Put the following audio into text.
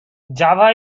java